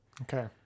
okay